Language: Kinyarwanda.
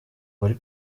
uwari